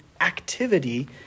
activity